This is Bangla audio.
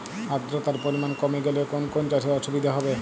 আদ্রতার পরিমাণ কমে গেলে কোন কোন চাষে অসুবিধে হবে?